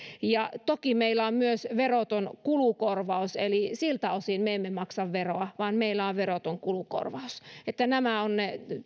toki meillä on myös veroton kulukorvaus eli siltä osin me emme maksa veroa vaan meillä on veroton kulukorvaus nämä ovat